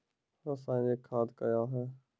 रसायनिक खाद कया हैं?